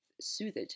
soothed